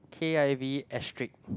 k_i_v asterisk